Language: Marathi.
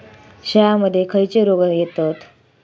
शेळ्यामध्ये खैचे रोग येतत?